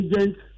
agents